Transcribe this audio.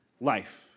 life